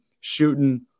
shooting